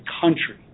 country